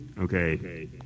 Okay